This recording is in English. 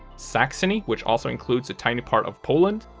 saxony, which also includes a tiny part of poland,